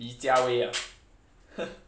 li jia wei ah